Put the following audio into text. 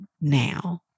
now